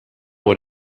what